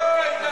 או, או, או.